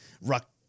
ruck